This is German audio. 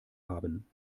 haben